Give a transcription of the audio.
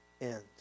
end